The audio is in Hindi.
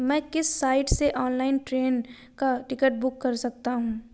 मैं किस साइट से ऑनलाइन ट्रेन का टिकट बुक कर सकता हूँ?